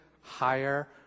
higher